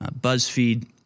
buzzfeed